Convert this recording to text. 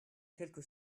quelque